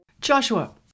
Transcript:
Joshua